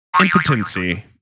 Impotency